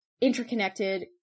interconnected